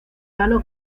cano